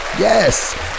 Yes